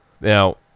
Now